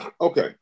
Okay